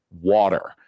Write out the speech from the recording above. water